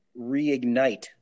reignite